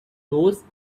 those